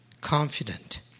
confident